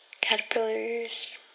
caterpillars